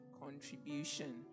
contribution